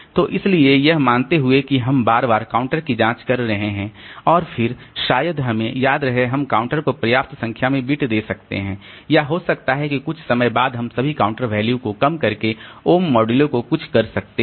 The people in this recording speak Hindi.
तो इसलिए यह मानते हुए कि हम बार बार काउंटर की जाँच कर रहे हैं और फिर शायद हमें याद रहे हम काउंटर को पर्याप्त संख्या में बिट दे सकते हैं या हो सकता है कि कुछ समय बाद हम सभी काउंटर वैल्यू को कम करके ओम् मोडुलो को कुछ कर सकते हैं